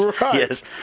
Yes